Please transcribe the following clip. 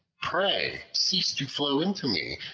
pray cease to flow into me,